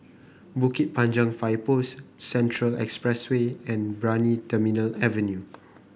Bukit Panjang Fire Post Central Expressway and Brani Terminal Avenue